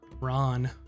Ron